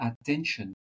attention